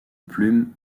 plume